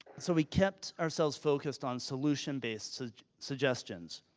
so we kept ourselves focused on solution based suggestions.